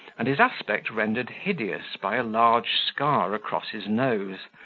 and his aspect rendered hideous by a large scar across his nose,